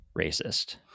racist